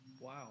Wow